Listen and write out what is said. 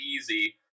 easy